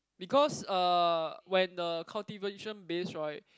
because uh when the cultivation base right